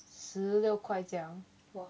十六块这样